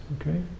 okay